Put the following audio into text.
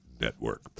Network